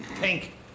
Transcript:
Pink